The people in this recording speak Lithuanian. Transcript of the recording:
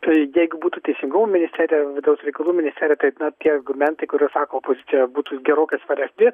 tai jeigu būtų teisingumo ministerija ar vidaus reikalų ministerija tai na tie argumentai kuriuos sako opoz čia būtų gerokai svaresni